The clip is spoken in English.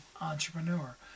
Entrepreneur